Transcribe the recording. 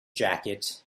jacket